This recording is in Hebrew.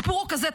הסיפור הוא כזה,